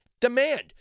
demand